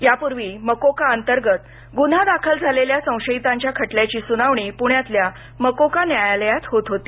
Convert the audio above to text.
यापूर्वी मकोका अंतर्गत गुन्हा दाखल झालेल्या संशयितांच्या खटल्याची सुनावणी पुण्यातल्या ममोका न्यायालयात होत होती